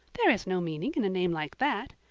there is no meaning in a name like that.